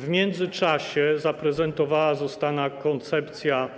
W międzyczasie zaprezentowana została koncepcja